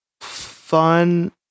fun